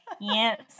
yes